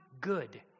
good